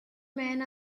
men